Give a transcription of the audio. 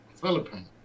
Philippines